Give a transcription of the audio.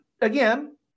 Again